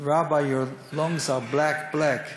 Rabbi, your lungs are black black,